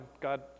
God